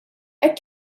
hekk